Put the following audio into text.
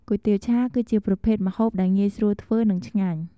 គុយទាវឆា គឺជាប្រភេទម្ហូបដែលងាយស្រួលធ្វើ និងឆ្ងាញ់។